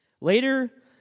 Later